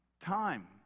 time